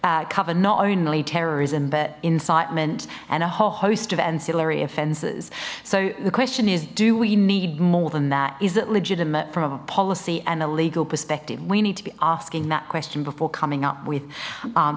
incitement and a whole host of ancillary offenses so the question is do we need more than that is it legitimate from a policy and a legal perspective we need to be asking that question before coming up with